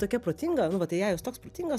tokia protinga nu vat eiajus toks protingas